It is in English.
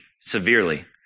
severely